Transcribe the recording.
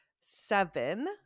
seven